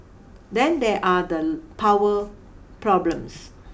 then there are the power problems